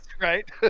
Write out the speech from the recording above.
right